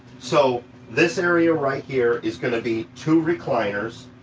so this area right here is gonna be two recliners